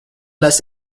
las